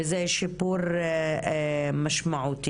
וזה שיפור משמעותי,